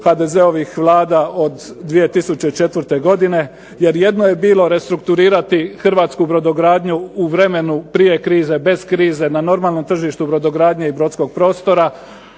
HDZ-ovih vlada od 2004. godine, jer jedno je bilo restrukturirati hrvatsku brodogradnju u vremenu prije krize, bez krize, na normalnom tržištu brodogradnje i brodskog prostora